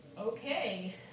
Okay